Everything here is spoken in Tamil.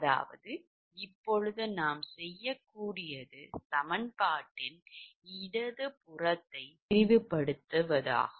அதாவது இப்போது நாம் செய்யக்கூடியது சமன்பாட்டின் இடது புறத்தை விரிவுபடுத்துவதாகும்